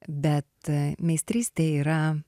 bet meistrystė yra